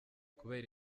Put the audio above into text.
kubera